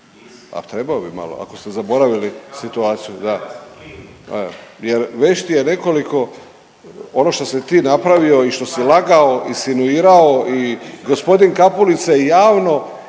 da e …/Upadica se ne razumije./… jer već ti je nekoliko ono što si ti napravio i što si lagao, insinuirao i gospodin Kapulica je javno